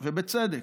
ובצדק,